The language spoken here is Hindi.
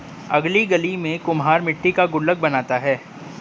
अगली गली में कुम्हार मट्टी का गुल्लक बनाता है